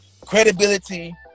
credibility